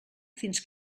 fins